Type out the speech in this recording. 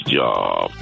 job